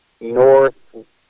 north